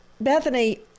Bethany